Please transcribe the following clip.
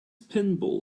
pinball